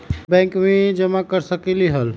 Bank में भी जमा कर सकलीहल?